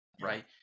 Right